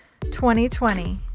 2020